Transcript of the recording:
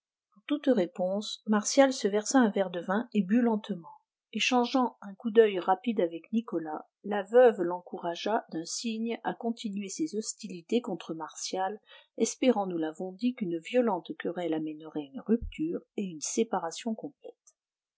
toute réponse martial se versa un verre de vin et but lentement échangeant un coup d'oeil rapide avec nicolas la veuve l'encouragea d'un signe à continuer ses hostilités contre martial espérant nous l'avons dit qu'une violente querelle amènerait une rupture et une séparation complète